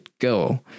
go